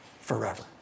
forever